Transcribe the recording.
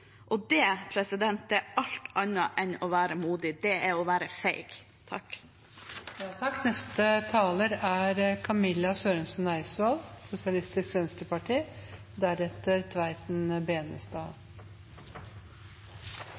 Og det er alt annet enn å være modig, det er å være feig.